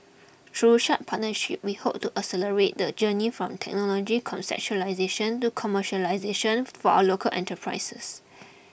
through such partnerships we hope to accelerate the journey from technology conceptualisation to commercialisation for our local enterprises